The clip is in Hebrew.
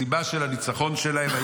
הסיבה של הניצחון שלהם,